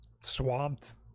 swamped